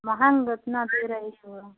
महंगा इतना दे रही हो